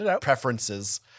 preferences